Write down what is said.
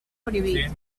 prohibit